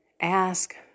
ask